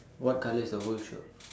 what colour is your